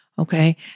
Okay